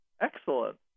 Excellent